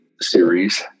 series